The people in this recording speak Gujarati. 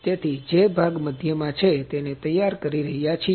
તેથી જે ભાગ મધ્યમાં છે તેને તૈયાર કરી રહ્યા છીએ